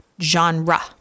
genre